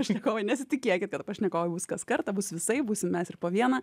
pašnekovai nesitikėkit kad pašnekovai bus kas kartą bus visaip būsim mes ir po vieną